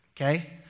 okay